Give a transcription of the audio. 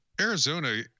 Arizona